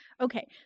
Okay